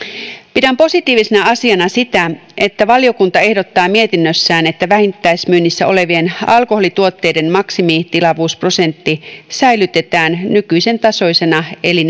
pidän positiivisena asiana sitä että valiokunta ehdottaa mietinnössään että vähittäismyynnissä olevien alkoholituotteiden maksimitilavuusprosentti säilytetään nykyisen tasoisena eli